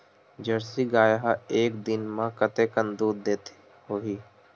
Jersey गाय ह एक दिन म कतेकन दूध देत होही?